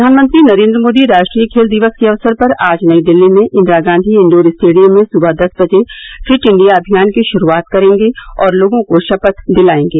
प्रधानमंत्री नरेंद्र मोदी राष्ट्रीय खेल दिवस के अवसर पर आज नई दिल्ली के इंदिरा गांधी इंडोर स्टेडियम में सुबह दस बजे फिट इंडिया अभियान की शुरुआत करेंगे और लोगों को शपथ दिलाएंगे